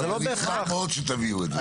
אנחנו נשמח מאוד שתביאו את זה.